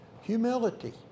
Humility